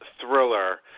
thriller